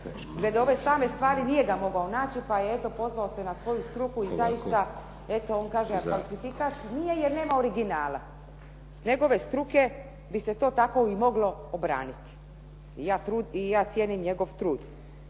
Glede ove same stvari nije ga mogao naći pa je eto pozvao se na svoju struku i zaista eto on kaže falsifikat. Nije, jer nema originala. S njegove struke bi se to tako i moglo obraniti. I ja cijenim njegov trud.